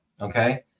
okay